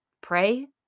Pray